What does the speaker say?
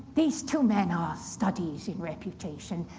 these two men are studies in reputation.